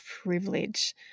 privilege